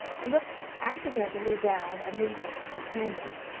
looked accidentally down at his lame companion.